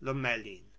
lomellin